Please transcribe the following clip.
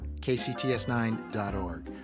kcts9.org